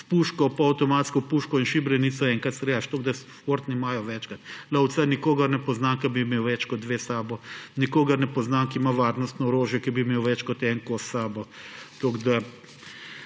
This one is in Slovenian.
s puško, polavtomatsko puško in šibrenico enkrat streljaš, tako da športni imajo večkrat. Lovca nobenega ne poznam, ki bi imel več kot dve s seboj. Nikogar ne poznam, ki ima varnostno orožje, da bi imel več kot en kos s seboj.